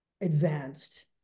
advanced